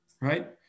right